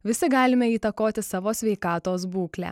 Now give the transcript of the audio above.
visi galime įtakoti savo sveikatos būklę